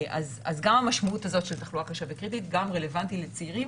אז גם המשמעות הזאת של תחלואה קשה וקריטית היא רלוונטית לצעירים,